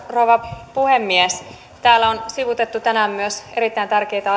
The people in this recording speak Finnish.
rouva puhemies täällä on sivuttu tänään myös erittäin tärkeitä